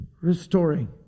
restoring